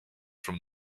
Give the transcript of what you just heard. from